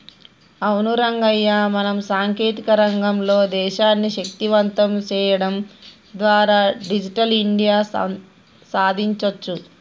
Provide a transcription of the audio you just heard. అవును రంగయ్య మనం సాంకేతిక రంగంలో దేశాన్ని శక్తివంతం సేయడం ద్వారా డిజిటల్ ఇండియా సాదించొచ్చు